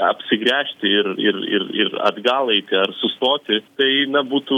apsigręžti ir ir ir ir atgal eiti ar sustoti tai na būtų